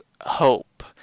hope